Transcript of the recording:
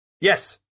yes